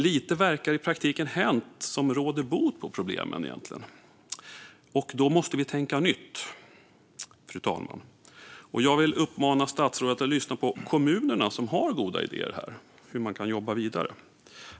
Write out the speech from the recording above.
Lite verkar i praktiken ha hänt som råder bot på problemen. Då måste vi tänka nytt, fru talman. Jag vill uppmana statsrådet att lyssna på kommunerna, som har goda idéer om hur man kan jobba vidare.